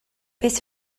beth